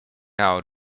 out